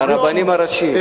הרבנים הראשיים.